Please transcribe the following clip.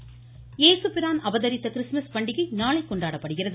Christmas பண்டிகை இயேசுபிரான் அவதரித்த கிறிஸ்மஸ் பண்டிகை நாளை கொண்டாடப்படுகிறது